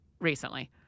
recently